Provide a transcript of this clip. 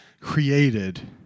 created